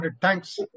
thanks